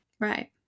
Right